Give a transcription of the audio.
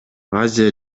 азия